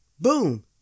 Boom